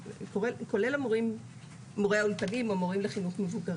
כולל למורי האולפנים או מורים לחינוך מבוגרים.